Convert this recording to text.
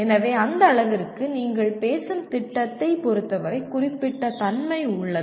எனவே அந்த அளவிற்கு நீங்கள் பேசும் திட்டத்தை பொறுத்தவரை குறிப்பிட்ட தன்மை உள்ளது